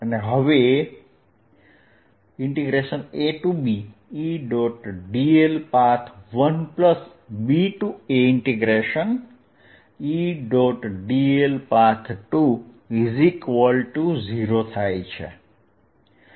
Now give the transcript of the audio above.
હવેABEdl | path 1BAEdl | path 2 0 છે